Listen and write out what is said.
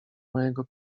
mojego